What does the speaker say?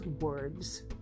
words